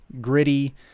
gritty